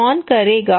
कौन करेगा